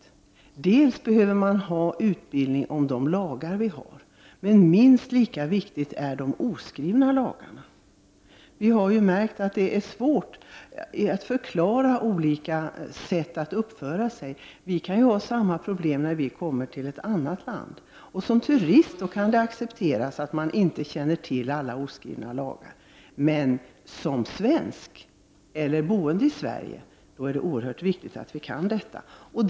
Bl.a. behövs det utbildning om våra lagar, men minst lika viktiga är de oskrivna lagarna. Det är svårt att förklara olika sätt att uppföra sig. Vi kan ha samma problem när vi kommer till ett annat land. Som turist kan det accepteras att man inte känner till alla oskrivna lagar. Men som svensk eller boende i Sverige är det oerhört viktigt att man känner till dessa oskrivna lagar.